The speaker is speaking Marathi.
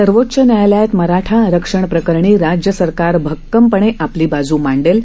सर्वोच्च न्यायालयात मराठा आरक्षण प्रकरणी राज्य सरकार भक्कमपणे आपली बाजू मांडेल